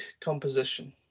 composition